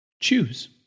choose